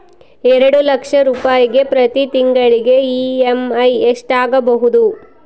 ಎರಡು ಲಕ್ಷ ರೂಪಾಯಿಗೆ ಪ್ರತಿ ತಿಂಗಳಿಗೆ ಇ.ಎಮ್.ಐ ಎಷ್ಟಾಗಬಹುದು?